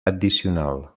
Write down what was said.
addicional